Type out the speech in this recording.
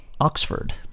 Oxford